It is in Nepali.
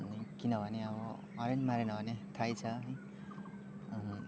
किनभने अब अहिले पनि मारेन भने थाहै छ